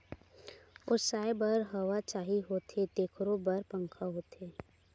ओसाए बर हवा चाही होथे तेखरो बर पंखा होथे